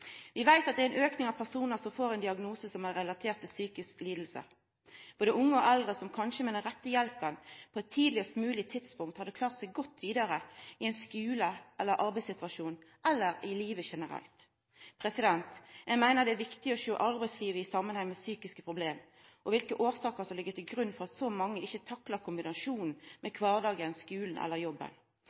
Vi veit at det er ein auke i talet på personar som får ein diagnose som er relatert til psykiske lidingar. Det gjeld både unge og eldre, som kanskje med den rette hjelpa på eit tidlegast mogleg tidspunkt hadde klart seg godt vidare i skulen, i ein arbeidssituasjon eller i livet generelt. Eg meiner det er viktig å sjå arbeidslivet i samanheng med psykiske problem, og å sjå på kva årsaker som ligg til grunn for at så mange ikkje taklar